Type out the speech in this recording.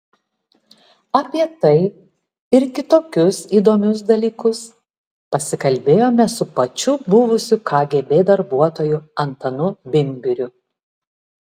apie tai ir kitokius įdomius dalykus pasikalbėjome su pačiu buvusiu kgb darbuotoju antanu bimbiriu